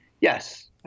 Yes